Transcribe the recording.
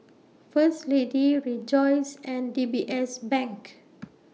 First Lady Rejoice and D B S Bank